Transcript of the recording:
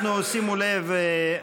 שימו לב,